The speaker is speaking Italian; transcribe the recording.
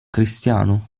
cristiano